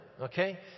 Okay